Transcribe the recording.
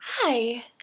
Hi